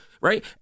right